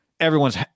Everyone's